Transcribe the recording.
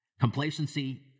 Complacency